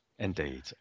Indeed